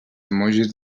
emojis